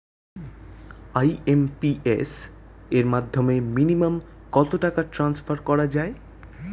IMPS এর মাধ্যমে minimum কত টাকা ট্রান্সফার করা যায়?